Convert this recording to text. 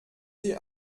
sie